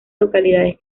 localidades